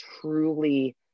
truly